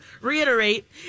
reiterate